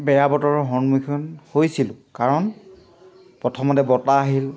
বেয়া বতৰৰ সন্মুখীন হৈছিলোঁ কাৰণ প্ৰথমতে বতাহ আহিল